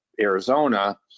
Arizona